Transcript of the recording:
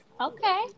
Okay